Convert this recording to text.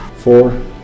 Four